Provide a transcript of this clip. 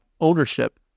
ownership